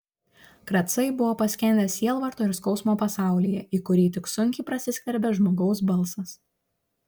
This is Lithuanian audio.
kracai buvo paskendę sielvarto ir skausmo pasaulyje į kurį tik sunkiai prasiskverbė žmogaus balsas